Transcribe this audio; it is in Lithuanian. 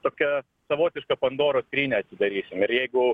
tokia savotišką pandoros skrynią atidarysim ir jeigu